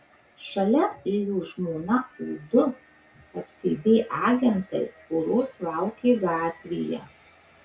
šalia ėjo žmona o du ftb agentai poros laukė gatvėje